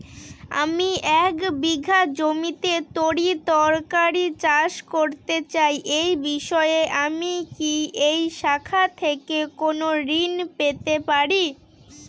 আমি এক বিঘা জমিতে তরিতরকারি চাষ করতে চাই এই বিষয়ে আমি কি এই শাখা থেকে কোন ঋণ পেতে পারি?